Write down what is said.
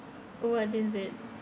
oh what is it